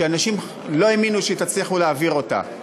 שאנשים לא האמינו שתצליחו להעביר אותה,